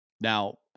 Now